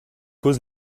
cause